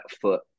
foot